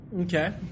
Okay